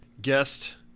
guest